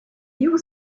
you